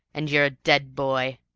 and you're a dead boy.